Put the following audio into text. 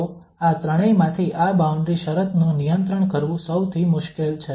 તો આ ત્રણેયમાંથી આ બાઉન્ડ્રી શરત નું નિયંત્રણ કરવું સૌથી મુશ્કેલ છે